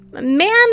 man